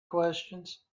questions